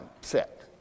set